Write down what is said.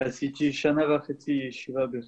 קוראים לי לוי ריבר,